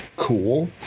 Cool